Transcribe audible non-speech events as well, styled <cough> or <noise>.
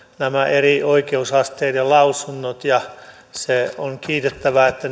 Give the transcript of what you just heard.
eri oikeusasteiden lausunnot ja on kiitettävää että <unintelligible>